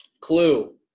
clue